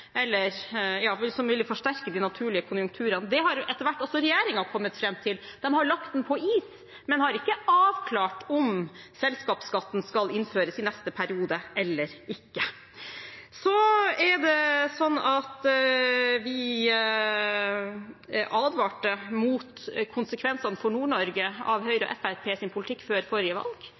som ville forsterke de naturlige konjunkturene. Det har etter hvert også regjeringen kommet fram til. De har lagt den på is, men har ikke avklart om selskapsskatten skal innføres i neste periode eller ikke. Vi advarte mot konsekvensene for Nord-Norge av Høyre og Fremskrittspartiets politikk før forrige valg.